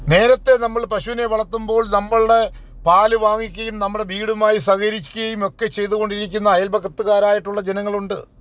നേരത്തെ നമ്മൾ പശുവിനെ വളർത്തുമ്പോൾ നമ്മളുടെ പാൽ വാങ്ങിക്കുകയും നമ്മുടെ വീടുമായി സഹകരിക്കുകയുമൊക്കെ ചെയ്യ്തുകൊണ്ടിരിക്കുന്ന അയൽപക്കത്തുകാരായിട്ടുള്ള ജനങ്ങളുണ്ട്